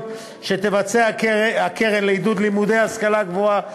שתבצע הקרן לעידוד לימודי השכלה גבוהה,